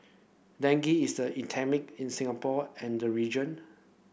dengue is the endemic in Singapore and the region